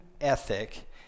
ethic